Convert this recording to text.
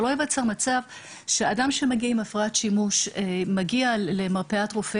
ושלא ייווצר מצב שאדם שמגיע עם הפרעת שימוש מגיע למרפאת רופא